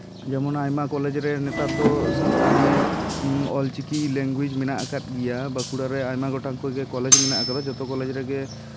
ᱡᱮᱢᱚᱱ ᱟᱭᱢᱟ ᱠᱚᱞᱮᱡᱽ ᱨᱮ ᱱᱮᱛᱟᱨ ᱫᱚ ᱥᱟᱱᱛᱟᱲᱤ ᱚᱞᱪᱤᱠᱤ ᱞᱮᱝᱜᱩᱭᱮᱡᱽ ᱢᱮᱱᱟᱜ ᱟᱠᱟᱫ ᱜᱮᱭᱟ ᱵᱟᱸᱠᱩᱲᱟ ᱨᱮ ᱟᱭᱢᱟ ᱜᱚᱴᱟᱝ ᱠᱚᱜᱮ ᱠᱚᱞᱮᱡᱽ ᱢᱮᱱᱟᱜ ᱟᱠᱟᱫᱟ ᱡᱚᱛᱚ ᱠᱚᱞᱮᱡᱽ ᱨᱮᱜᱮ